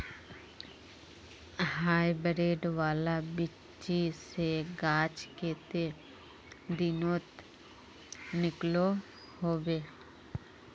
Hybrid वाला बिच्ची से गाछ कते दिनोत निकलो होबे?